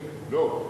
לא,